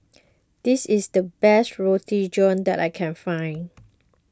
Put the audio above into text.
this is the best Roti John that I can find